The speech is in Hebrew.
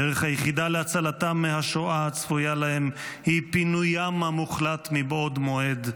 הדרך היחידה להצלתם מהשואה הצפויה להם היא פינוים המוחלט מבעוד מועד.